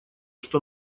что